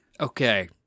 Okay